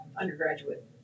undergraduate